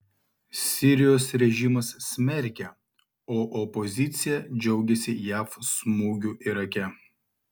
sirijos režimas smerkia o opozicija džiaugiasi jav smūgiu irake